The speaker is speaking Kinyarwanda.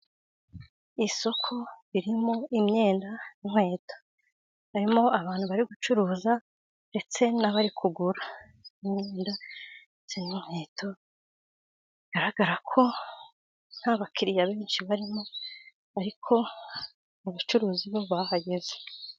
Isoko ririmo imyenda n'inkweto, harimo abantu bari gucuruza ndetse n'abari kugura imyenda ndetse n'inkweto, bigaragara ko nta bakiriya benshi barimo ariko mu abacuruzi bo bahageze.